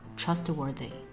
trustworthy